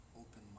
Open